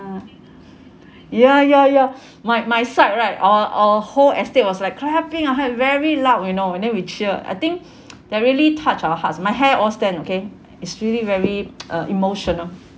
ya ya ya my my side right our our whole estate was like clapping I heard very loud you know and then we cheer I think that really touched our hearts my hair all stand okay is really very uh emotional